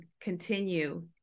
continue